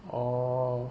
orh